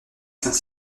saint